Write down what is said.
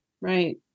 Right